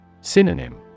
Synonym